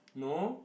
no